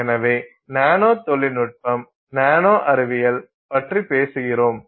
எனவே நானோ தொழில்நுட்பம் நானோ அறிவியல் பற்றிப் பேசுகிறோம்